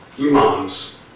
imams